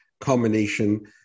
combination